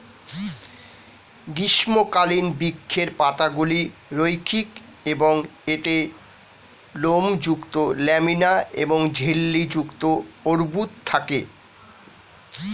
গ্রীষ্মকালীন বৃক্ষের পাতাগুলি রৈখিক এবং এতে লোমযুক্ত ল্যামিনা এবং ঝিল্লি যুক্ত অর্বুদ থাকে